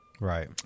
Right